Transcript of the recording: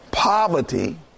Poverty